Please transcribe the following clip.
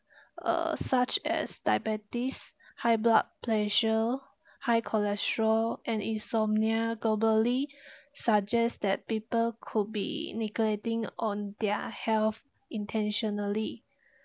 uh such as diabetes high blood pressure high cholesterol and insomnia globally suggests that people could be neglecting on their health intentionally